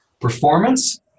Performance